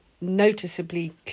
noticeably